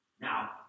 Now